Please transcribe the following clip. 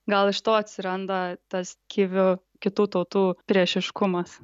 gal iš to atsiranda tas kivių kitų tautų priešiškumas